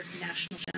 national